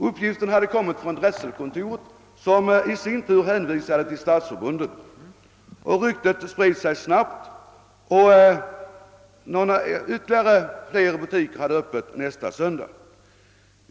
Uppgiften hade kommit från drätselkontoret som i sin tur hänvisade till Stadsförbundet. Ryktet spred sig snabbt och ännu fler butiker höll Öppet nästa söndag.